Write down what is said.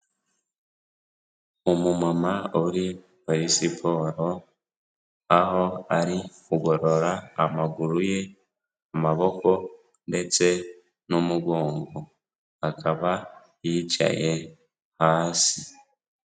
Umumama uri muri siporo, aho ari kugorora amaguru ye, amaboko ndetse n'umugongo, akaba yicaye hasi.